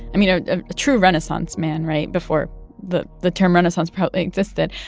i mean, a ah true renaissance man right? before the the term renaissance probably existed.